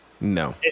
No